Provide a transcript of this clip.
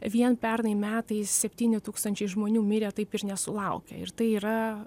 vien pernai metais septyni tūkstančiai žmonių mirė taip ir nesulaukę ir tai yra